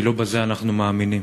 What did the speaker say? כי לא בזה אנחנו מאמינים: